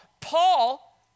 Paul